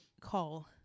call